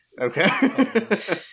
Okay